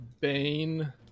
Bane